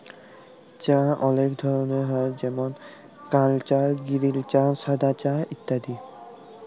চাঁ অলেক ধরলের হ্যয় যেমল কাল চাঁ গিরিল চাঁ সাদা চাঁ ইত্যাদি